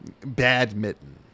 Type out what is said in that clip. badminton